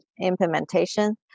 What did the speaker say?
implementation